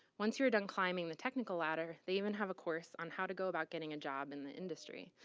once you're done climbing the technical ladder, they even have a course on how to go about getting a job in the industry,